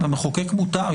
פה ממש ברור שזה טעות.